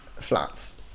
flats